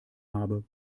habe